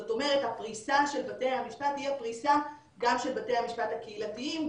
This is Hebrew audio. זאת אומרת הפריסה של בתי המשפט תהיה פריסה גם של בתי המשפט הקהילתיים.